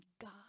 God